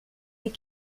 les